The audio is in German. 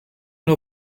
nur